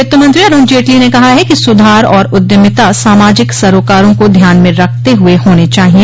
वित्तमंत्री अरूण जेटली ने कहा है कि सुधार और उद्यमिता सामाजिक सरोकारो को ध्यान में रखते हुए होने चाहिए